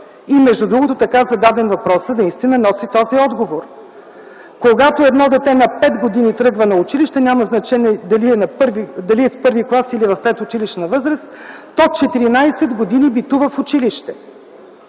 Между другото, така зададен въпросът наистина носи този отговор. Когато едно дете на 5 години тръгва на училище – няма значение дали е в първи клас или в предучилищна възраст, то 14 години битува в училище.